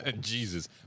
Jesus